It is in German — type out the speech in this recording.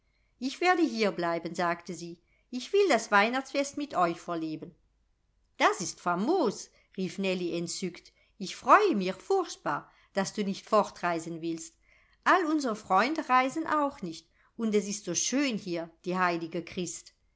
ich werde hier bleiben sagte sie ich will das weihnachtsfest mit euch verleben das ist famos rief nellie entzückt ich freue mir furchtbar daß du nicht fortreisen willst all unsre freunde reisen auch nicht und es ist so schön hier die heilige christ